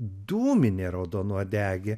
dūminė raudonuodegė